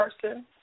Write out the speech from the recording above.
person